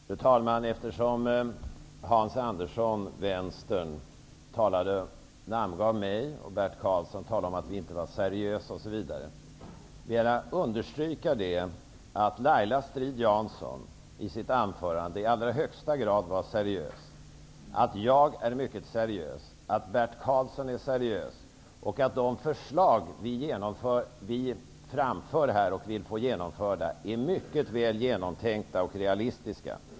Fru talman! Eftersom Hans Andersson från Vänstern namngav mig och Bert Karlsson och menade att vi inte är seriösa osv., vill jag understryka att Laila Strid-Jansson i sitt anförande i allra högsta grad var seriös, att jag är mycket seriös, att Bert Karlsson är seriös och att de förslag som vi framför och vill få genomförda är mycket väl genomtänkta och realistiska.